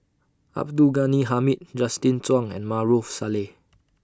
Abdul Ghani Hamid Justin Zhuang and Maarof Salleh